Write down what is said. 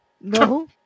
No